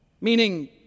Meaning